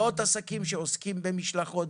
מאות עסקים שסובבים את המשלחות,